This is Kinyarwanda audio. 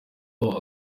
aho